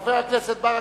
חבר הכנסת ברכה,